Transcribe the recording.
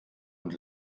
und